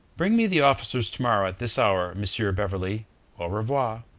bring me the officers to-morrow at this hour, monsieur beverley au revoir.